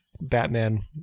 Batman